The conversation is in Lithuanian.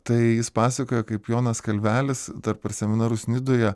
tai jis pasakojo kaip jonas kalvelis dar per seminarus nidoje